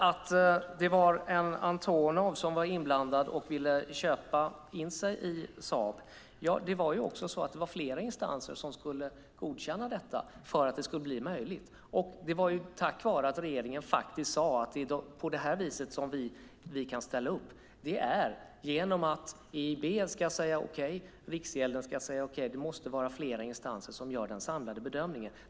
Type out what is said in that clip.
När det gäller att en Antonov var inblandad som ville köpa in sig i Saab var det flera instanser som skulle godkänna detta för att det skulle bli möjligt. Och det var tack vare att regeringen sade att det är på det här viset som vi kan ställa upp. Det är genom att vi ska säga okej och att Riksgälden ska säga okej; det måste vara flera instanser som gör den samlade bedömningen.